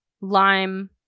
lime